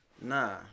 Nah